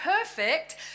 Perfect